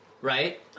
right